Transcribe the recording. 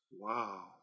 Wow